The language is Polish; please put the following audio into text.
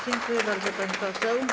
Dziękuję bardzo, pani poseł.